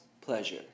pleasure